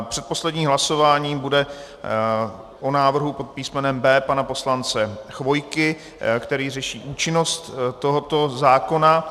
Předposlední hlasování bude o návrhu pod písmenem B pana poslance Chvojky, který řeší účinnost tohoto zákona.